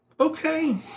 okay